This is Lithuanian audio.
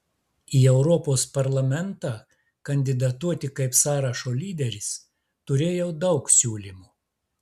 į europos parlamentą kandidatuoti kaip sąrašo lyderis turėjau daug siūlymų